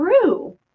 true